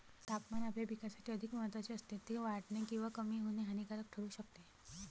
तापमान आपल्या पिकासाठी अधिक महत्त्वाचे असते, ते वाढणे किंवा कमी होणे हानिकारक ठरू शकते